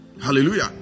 hallelujah